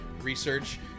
research